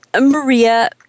Maria